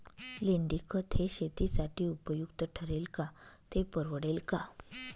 लेंडीखत हे शेतीसाठी उपयुक्त ठरेल का, ते परवडेल का?